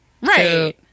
Right